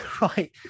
right